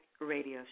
radio